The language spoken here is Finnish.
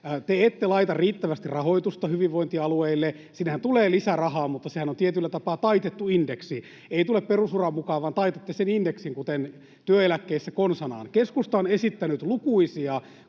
Te ette laita riittävästi rahoitusta hyvinvointialueille. Sinnehän tulee lisärahaa, mutta sehän on tietyllä tapaa taitettu indeksi — ei tule perusuran mukaan, vaan taitatte sen indeksin, kuten työeläkkeissä konsanaan. Keskusta on esittänyt lukuisia